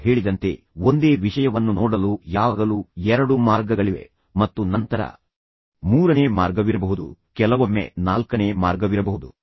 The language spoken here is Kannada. ನಾನು ಹೇಳಿದಂತೆ ಒಂದೇ ವಿಷಯವನ್ನು ನೋಡಲು ಯಾವಾಗಲೂ ಎರಡು ಮಾರ್ಗಗಳಿವೆ ಮತ್ತು ನಂತರ ಮೂರನೇ ಮಾರ್ಗವಿರಬಹುದು ಕೆಲವೊಮ್ಮೆ ನಾಲ್ಕನೇ ಮಾರ್ಗವಿರಬಹುದು